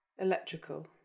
electrical